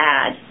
add